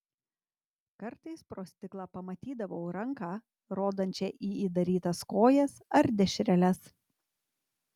kartais pro stiklą pamatydavau ranką rodančią į įdarytas kojas ar dešreles